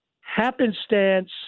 Happenstance